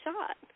shot